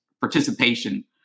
participation